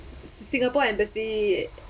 singapore embassy